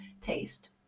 taste